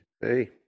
Hey